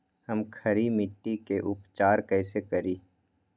हम खड़ी मिट्टी के उपचार कईसे करी?